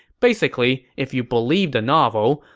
basically, if you believed the novel,